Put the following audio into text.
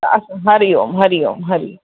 अच्छा हरि ओम हरि ओम हरि ओम